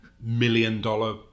million-dollar